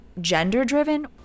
gender-driven